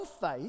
faith